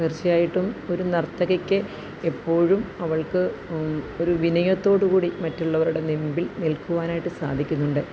തീര്ച്ചയായിട്ടും ഒരു നര്ത്തകിക്ക് എപ്പോഴും അവള്ക്ക് ഒരു വിനയത്തോടു കൂടി മറ്റുള്ളവരുടെ മുമ്പില് നില്ക്കുവാനായിട്ടു സാധിക്കുന്നുണ്ട്